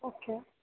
okay